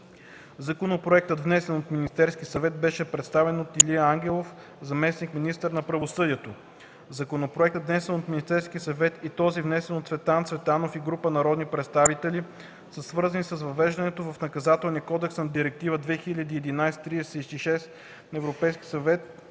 Законопроектът, внесен от Министерския съвет, беше представен от Илия Ангелов, заместник-министър на правосъдието. Законопроектът, внесен от Министерския съвет, и този, внесен от Цветан Цветанов и група народни представители, са свързани с въвеждането в Наказателния кодекс на Директива 2011/36/ЕС на Европейския